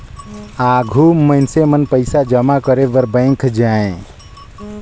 आघु मइनसे मन पइसा जमा करे बर बेंक जाएं